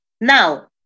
Now